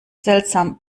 seltsam